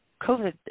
covid